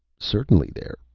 certainly, there.